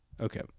Okay